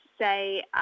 say